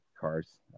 Cars